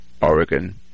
Oregon